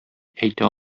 әйтә